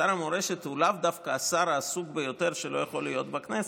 שר המורשת הוא לאו דווקא השר העסוק ביותר שלא יכול להיות בכנסת.